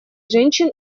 женщин